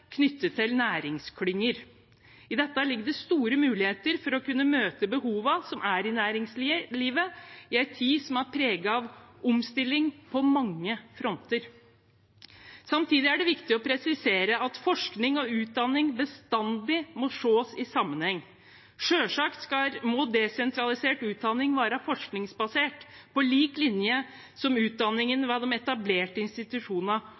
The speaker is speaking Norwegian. knyttet til næringsklynger. I dette ligger det store muligheter til å kunne møte behovene i næringslivet i en tid som er preget av omstilling på mange fronter. Samtidig er det viktig å presisere at forskning og utdanning bestandig må ses i sammenheng. Selvsagt må desentralisert utdanning være forskningsbasert, på lik linje